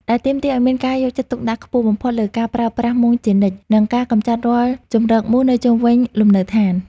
ដែលទាមទារឱ្យមានការយកចិត្តទុកដាក់ខ្ពស់បំផុតលើការប្រើប្រាស់មុងជានិច្ច និងការកម្ចាត់រាល់ជម្រកមូសនៅជុំវិញលំនៅឋាន។